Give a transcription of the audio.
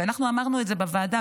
אנחנו אמרנו את זה בוועדה,